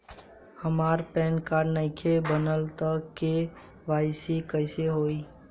हमार PAN card नईखे बनल त के.वाइ.सी कइसे होई?